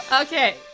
Okay